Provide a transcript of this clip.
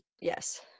yes